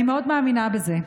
אני מאוד מאמינה בזה.